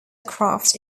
craft